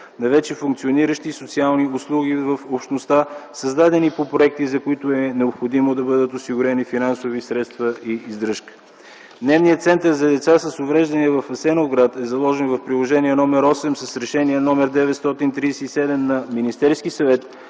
на вече функциониращи социални услуги в общността, създадени по проекти, за които е необходимо да бъдат осигурени финансови средства и издръжка. Дневният център за деца с увреждания в Асеновград е заложен в Приложение № 8 с Решение № 937 на Министерския съвет